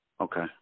Okay